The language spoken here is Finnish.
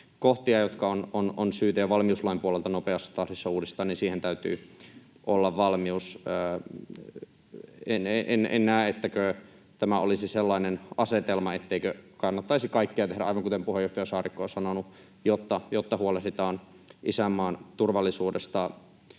kohtia, jotka on syytä jo valmiuslain puolelta nopeassa tahdissa uudistaa, niin siihen täytyy olla valmius. En näe, että tämä olisi sellainen asetelma, etteikö kannattaisi kaikkea tehdä aivan kuten puheenjohtaja Saarikko on sanonut, jotta huolehditaan isänmaan turvallisuudesta.